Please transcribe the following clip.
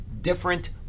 different